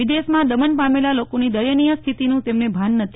વિદેશમાં દમન પામેલા લોકોની દાયનીય સ્થિતિનું તેમને ભાન નથી